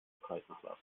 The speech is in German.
preisnachlass